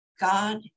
God